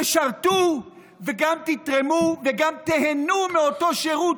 תשרתו וגם תתרמו וגם תיהנו מאותו שירות